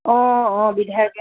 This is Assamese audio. অঁ অঁ বিধায়কে